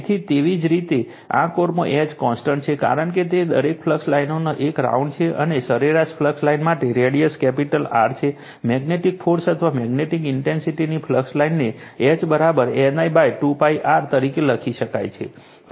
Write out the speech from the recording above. તેથી તેવીજ રીતે આ કોરમાં H કોન્સટન્ટ છે કારણ કે તે દરેક ફ્લક્સ લાઇનનો એક રાઉન્ડ છે અને સરેરાશ ફ્લક્સ લાઇન માટે રેડિયસ કેપિટલ R છે મેગ્નેટિક ફોર્સ અથવા મેગ્નેટિક ઇન્ટેન્સિટીની ફ્લક્સ લાઇનને H N I 2 π R તરીકે લખી શકાય છે